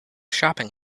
shopping